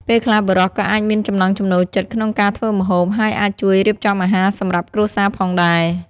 ពេលខ្លះបុរសក៏អាចមានចំណង់ចំណូលចិត្តក្នុងការធ្វើម្ហូប ហើយអាចជួយរៀបចំអាហារសម្រាប់គ្រួសារផងដែរ។